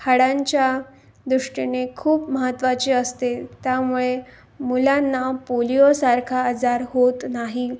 हाडांच्या दृष्टीने खूप महत्त्वाचे असते त्यामुळे मुलांना पोलिओसारखा आजार होत नाही